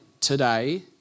today